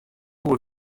wol